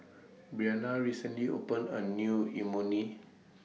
Briana recently opened A New Imoni